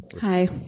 hi